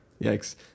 Yikes